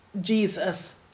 Jesus